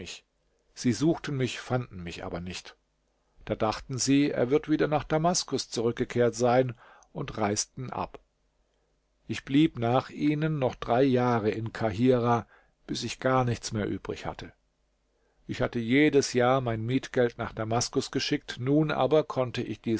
sie suchten mich fanden mich aber nicht da dachten sie er wird wieder nach damaskus zurückgekehrt sein und reisten ab ich blieb nach ihnen noch drei jahre in kahirah bis ich gar nichts mehr übrig hatte ich hatte jedes jahr mein mietgeld nach damaskus geschickt nun aber konnte ich dies